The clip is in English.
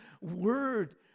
word